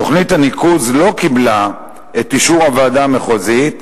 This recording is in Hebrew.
תוכנית הניקוז לא קיבלה את אישור הוועדה המחוזית,